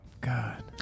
God